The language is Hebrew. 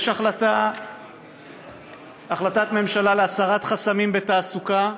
יש החלטת ממשלה להסרת חסמים בתעסוקה,